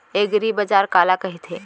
एगरीबाजार काला कहिथे?